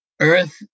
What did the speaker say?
Earth